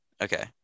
Okay